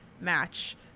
match